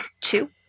two